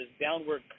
downward